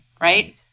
Right